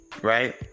Right